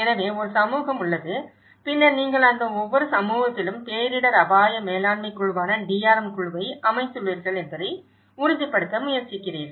எனவே ஒரு சமூகம் உள்ளது பின்னர் நீங்கள் ஒவ்வொரு சமூகத்திலும் பேரிடர் அபாய மேலாண்மை குழுவான DRM குழுவை அமைத்துள்ளீர்கள் என்பதை உறுதிப்படுத்த முயற்சிக்கிறீர்கள்